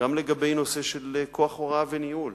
גם בנושא של כוח הוראה וניהול.